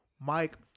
Mike